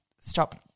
stop